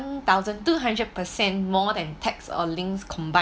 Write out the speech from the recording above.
one thousand two hundred per cent more than text or links combined